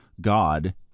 God